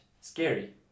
scary